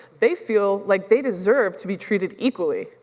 they feel like they deserve to be treated equally.